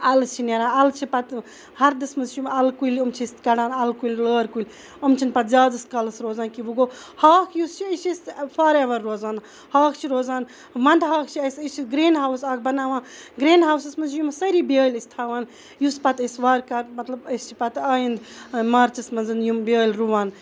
اَلہٕ چھِ نیران اَلہٕ چھِ پَتہٕ ہردَس مَنٛز چھِ یِم اَلہٕ کُلۍ یِم چھِ أسۍ کَڑان اَلہٕ کُلۍ لٲر کُلۍ یِم چھِنہٕ پَتہٕ زیادَس کالَس روزان کہِ وۄنۍ گوٚو ہاکھ یُس چھُ یہِ چھُ اَسہِ فارایٚوَر روزان ہاکھ چھُ روزان وَندٕ ہاکھ چھُ اَسہِ أسۍ چھ گریٖن ہاوُس اکھ بَناوان گریٖن ہَوسَس مَنٛز یِم سٲری بیٲلۍ أسۍ تھاوان یُس پَتہٕ أسۍ وار کار مَطلَب أسۍ چھِ پَتہٕ آیِنٛد مارچَس مَنٛز یِم بیٲلۍ رُوان